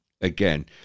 again